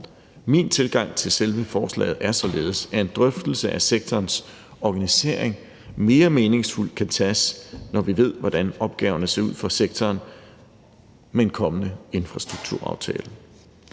Min tilgang til selve forslaget er således, at en drøftelse af sektorens organisering mere meningsfuldt kan tages, når vi ved, hvordan opgaverne ser ud for sektoren med en kommende infrastrukturaftale.